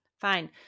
fine